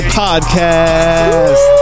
podcast